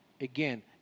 again